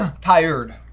Tired